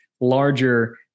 larger